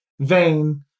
vain